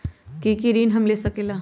की की ऋण हम ले सकेला?